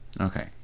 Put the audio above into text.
Okay